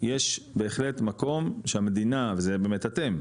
יש בהחלט מקום שהמדינה וזה באמת אתם,